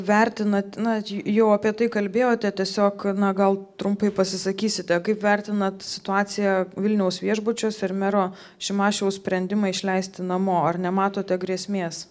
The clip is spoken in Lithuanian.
vertinat na jau apie tai kalbėjote tiesiog na gal trumpai pasisakysite kaip vertinat situaciją vilniaus viešbučiuose ir mero šimašiaus sprendimą išleisti namo ar nematote grėsmės